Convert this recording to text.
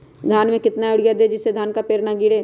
धान में कितना यूरिया दे जिससे धान का पेड़ ना गिरे?